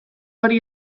hori